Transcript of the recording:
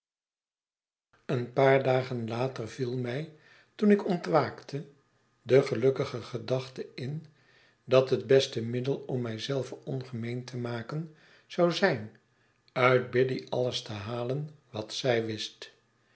een paar dagen later viel mij toen ik ontwaakte de gelukkige gedachte in dat het beste middel om mij zelven ongemeen te maken zou zijn uit biddy alles te halen wat zij wist